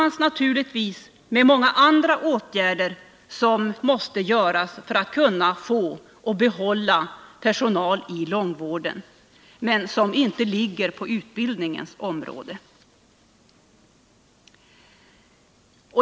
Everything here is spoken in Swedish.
Naturligtvis måste många andra åtgärder, som inte ligger på utbildningens område, vidtas för att vi skall kunna få och behålla personal inom långvården.